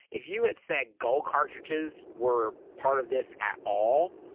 if you had said gold cartridges were part of this at all,